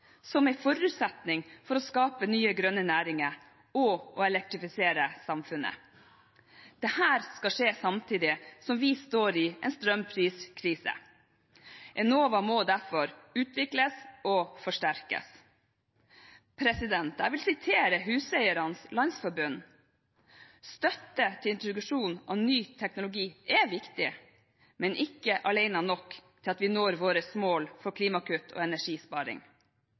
som en forutsetning for å skape nye grønne næringer og å elektrifisere samfunnet. Dette skal skje samtidig som vi står i en strømpriskrise. Enova må derfor utvikles og forsterkes. Jeg vil sitere bl.a. Huseierne, i brev til klima- og miljøministeren: «Støtte til introduksjon av ny teknologi er viktig, men ikke alene nok til at vi når våre mål for klimakutt og energisparing.»